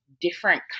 different